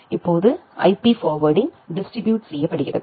இப்போது IP forwarding distribute செய்யப்படுகிறது